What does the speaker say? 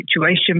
situation